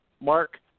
Mark